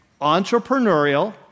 entrepreneurial